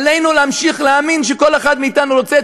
עלינו להמשיך להאמין שכל אחד מאתנו רוצה את